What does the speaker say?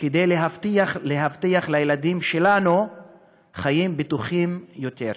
כדי להבטיח לילדים שלנו חיים בטוחים יותר.